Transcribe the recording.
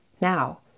Now